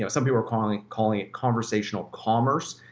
know, some people are calling calling it conversational commerce,